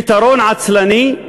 פתרון עצלני,